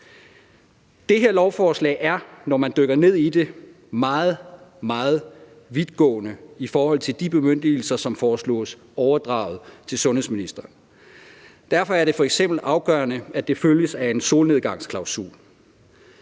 Det her lovforslag er, når man dykker ned i det, meget, meget vidtgående i forhold til de bemyndigelser, som foreslås overdraget til sundhedsministeren. Derfor er det f.eks. afgørende, at det følges af en solnedgangsklausul.